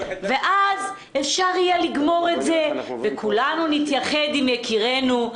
ואז יהיה אפשר לגמור את זה וכולנו נתייחד עם יקירינו,